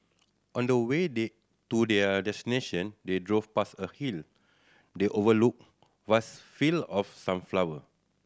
on the way they to their destination they drove past a hill they overlooked vast field of sunflower